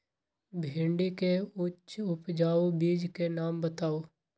भिंडी के उच्च उपजाऊ बीज के नाम बताऊ?